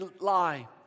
lie